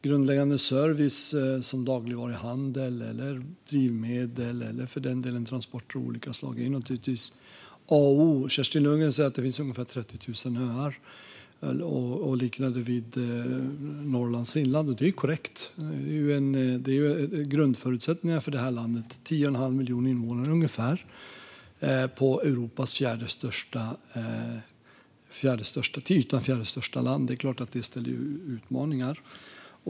Grundläggande service som dagligvaruhandel, drivmedel och transporter av olika slag är förstås A och O - Kerstin Lundgren säger att det finns ungefär 30 000 öar i Stockholms skärgård - och det gäller även Norrlands inland. Det är korrekt, det är grundsättningar för detta land med ungefär 10 1⁄2 miljon invånare. Det är det till ytan fjärde största landet i Europa. Det är klart att det innebär utmaningar.